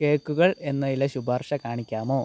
കേക്കുകൾ എന്നതിലെ ശുപാർശ കാണിക്കാമോ